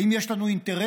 האם יש לנו אינטרס,